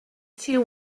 two